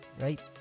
right